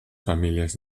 familias